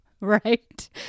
right